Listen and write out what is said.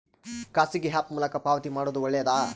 ಖಾಸಗಿ ಆ್ಯಪ್ ಮೂಲಕ ಪಾವತಿ ಮಾಡೋದು ಒಳ್ಳೆದಾ?